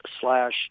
slash